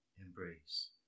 embrace